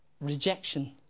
rejection